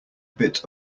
bit